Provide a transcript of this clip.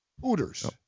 Hooters